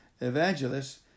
evangelist